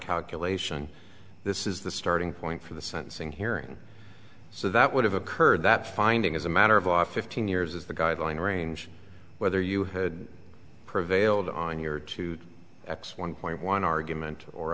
calculation this is the starting point for the sentencing hearing so that would have occurred that finding is a matter of off fifteen years is the guideline range whether you had prevailed on your two x one point one argument or